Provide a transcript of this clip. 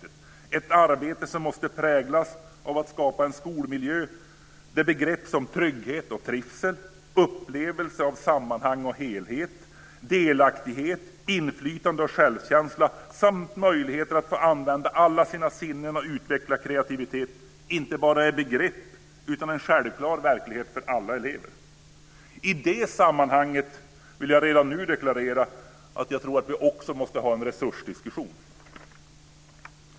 Det är ett arbete som måste präglas av att skapa en skolmiljö där begrepp som trygghet och trivsel, upplevelse av sammanhang och helhet, delaktighet, inflytande och självkänsla samt möjligheter att få använda alla sina sinnen och utveckla kreativitet inte bara är begrepp utan en självklar verklighet för alla elever. I det sammanhanget vill jag redan nu deklarera att jag tror att vi också måste ha en resursdiskussion.